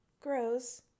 grows